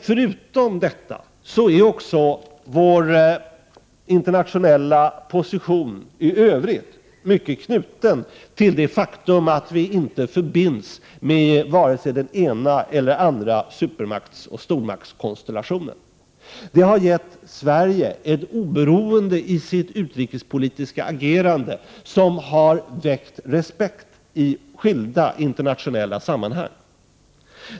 Förutom detta är också vår internationella position i övrigt starkt knuten till det faktum att Sverige inte förbinds med vare sig den ena eller den andra supermaktseller stormaktskonstellationen. Detta har gett Sverige ett oberoende i det utrikespolitiska agerandet som har väckt respekt i skilda internationella sammanhang.